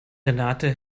renate